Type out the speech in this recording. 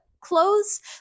clothes